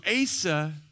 Asa